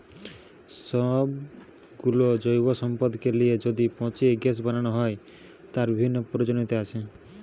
সব গুলো জৈব সম্পদকে লিয়ে যদি পচিয়ে গ্যাস বানানো হয়, তার বিভিন্ন প্রয়োজনীয়তা আছে